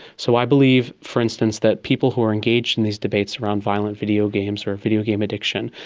so i believe, for instance, that people who are engaged in these debates around violent video games or videogame addiction,